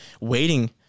waiting